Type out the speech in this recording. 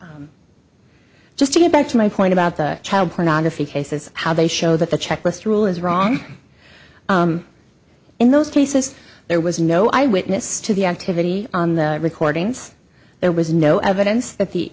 just to get back to my point about the child pornography cases how they show that the checklist rule is wrong in those cases there was no eyewitness to the activity on the recordings there was no evidence that